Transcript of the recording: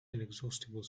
inexhaustible